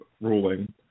ruling